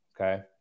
okay